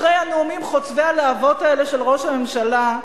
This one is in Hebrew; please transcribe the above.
אחרי הנאומים חוצבי הלהבות האלה של ראש הממשלה,